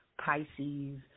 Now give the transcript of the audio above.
Pisces